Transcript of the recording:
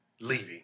leaving